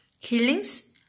killings